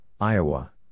Iowa